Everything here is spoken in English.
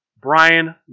Brian